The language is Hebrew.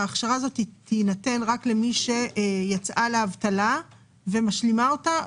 ההכשרה הזאת תינתן רק למי שיצאה לאבטלה ומשלימה אותה?